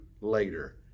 later